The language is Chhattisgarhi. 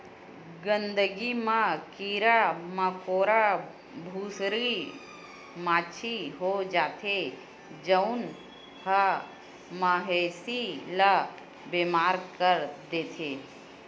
गंदगी म कीरा मकोरा, भूसड़ी, माछी हो जाथे जउन ह मवेशी ल बेमार कर देथे